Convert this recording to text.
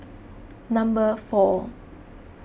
number four